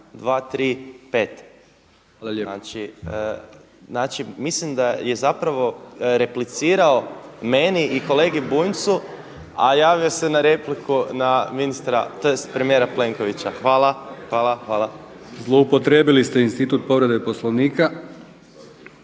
znači mislim da je zapravo replicirao meni i kolegi Bunjcu, a javio se na repliku premijera Plenkovića. Hvala. **Brkić, Milijan (HDZ)** Zloupotrijebili ste institut povrede Poslovnika. Hvala